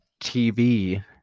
TV